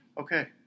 Okay